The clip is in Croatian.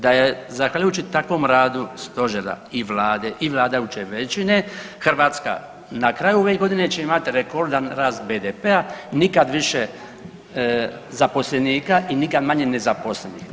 Da je zahvaljujući takvom radu Stožera i Vlade i vladajuće većine, Hrvatska na kraju ove godine će imati rekordan rast BDP-a, nikad više zaposlenika i nikad manje nezaposlenih.